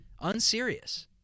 unserious